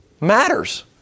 matters